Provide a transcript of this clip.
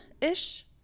ish